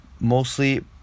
Mostly